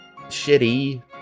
shitty